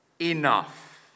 enough